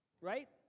right